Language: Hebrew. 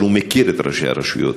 אבל הוא מכיר את ראשי הרשויות,